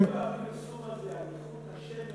איפה הפרסום הזה על איכות השמן,